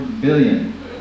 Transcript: billion